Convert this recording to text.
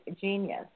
genius